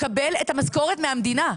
מקבל את המשכורת מהמדינה.